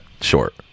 short